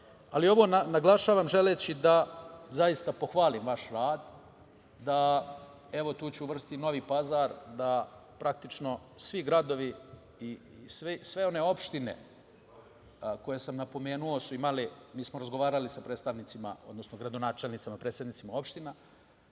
države. Ovo naglašavam želeći da zaista pohvalim vaš rad. Tu ću da uvrstim i Novi Pazar. Praktično, svi gradovi i sve one opštine koje sam napomenuo su imale, mi smo razgovarali sa predstavnicima, odnosno gradonačelnicima, predsednicima opština,